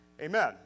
Amen